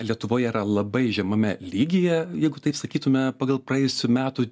lietuvoje yra labai žemame lygyje jeigu taip sakytume pagal praėjusių metų